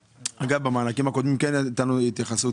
אגב, במענקים הקודמים כן הייתה לנו התייחסות